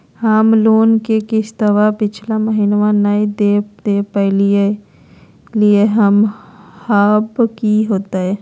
हम लोन के किस्तवा पिछला महिनवा नई दे दे पई लिए लिए हल, अब की होतई?